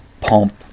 pump